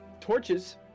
torches